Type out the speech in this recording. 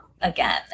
again